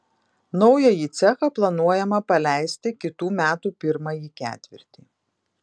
naująjį cechą planuojama paleisti kitų metų pirmąjį ketvirtį